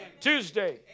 Tuesday